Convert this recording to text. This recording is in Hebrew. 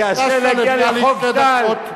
הקדשת לביאליק שתי דקות,